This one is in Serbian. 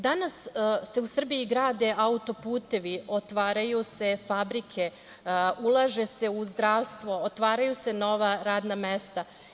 Danas se u Srbiji grade autoputevi, otvaraju se fabrike, ulaže se u zdravstvo, otvaraju se nova radna mesta.